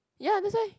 ya that's why